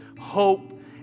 hope